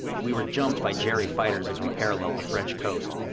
we were jumped by jerry fighters as we paralleled the french coast.